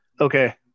Okay